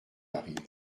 arrivent